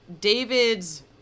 David's